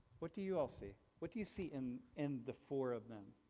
what do you all see? what do you see in in the four of them?